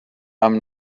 amb